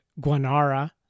guanara